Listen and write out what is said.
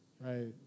right